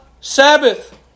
Sabbath